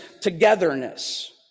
togetherness